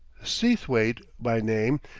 seathwaite by name,